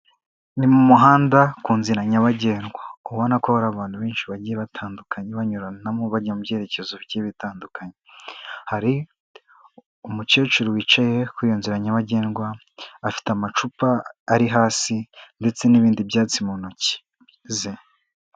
Ni mu muhanda ku nzira nyabagendwa, ubona ko hari abantu benshi bagiye batandukanye, banyuranamo, bajya mu byerekezo bigiye bitandukanye. Hari umukecuru wicaye kuri iyo nzira nyabagendwa, afite amacupa ari hasi, ndetse n'ibindi byatsi mu ntoki ze.